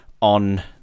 on